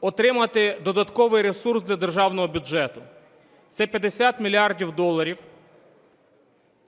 отримати додатковий ресурс для державного бюджету. Це 50 мільярдів доларів,